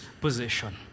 position